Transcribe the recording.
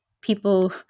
people